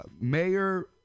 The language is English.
mayor